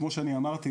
כמו שאני אמרתי,